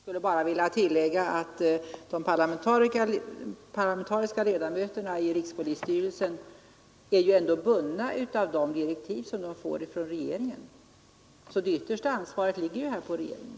Herr talman! Jag skulle bara vilja tillägga att de parlamentariska ledamöterna i rikspolisstyrelsen är bundna av de direktiv som de får från regeringen. Det yttersta ansvaret ligger således på regeringen.